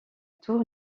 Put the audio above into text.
tour